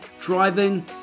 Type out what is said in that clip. driving